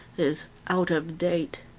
is out of date.